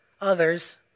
others